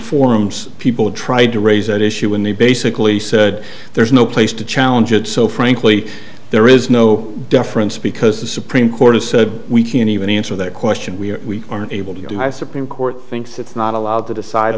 forums people tried to raise that issue when they basically said there's no place to challenge it so frankly there is no difference because the supreme court has said we can't even answer that question we are able to do have supreme court thinks it's not allowed to decide